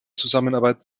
zusammenarbeit